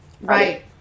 Right